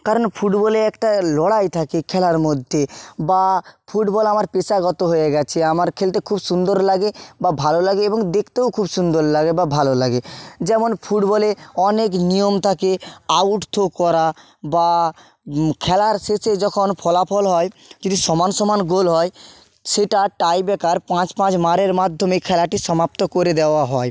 কারণ ফুটবলে একটা লড়াই থাকে খেলার মধ্যে বা ফুটবল আমার পেশাগত হয়ে গেছে আমার খেলতে খুব সুন্দর লাগে বা ভালো লাগে এবং দেখতেও খুব সুন্দর লাগে বা ভালো লাগে যেমন ফুটবলে অনেক নিয়ম থাকে আউট থ্রো করা বা খেলার শেষে যখন ফলাফল হয় যদি সমান সমান গোল হয় সেটা টাইব্রেকার পাঁচ পাঁচ মারের মাধ্যমে খেলাটি সমাপ্ত করে দেওয়া হয়